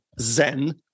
Zen